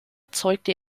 zeugte